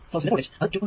voltage അത് 2